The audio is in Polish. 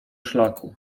szlaku